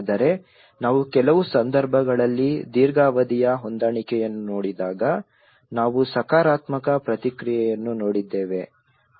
ಆದರೆ ನಾವು ಕೆಲವು ಸಂದರ್ಭಗಳಲ್ಲಿ ದೀರ್ಘಾವಧಿಯ ಹೊಂದಾಣಿಕೆಯನ್ನು ನೋಡಿದಾಗ ನಾವು ಸಕಾರಾತ್ಮಕ ಪ್ರತಿಕ್ರಿಯೆಯನ್ನು ನೋಡಿದ್ದೇವೆ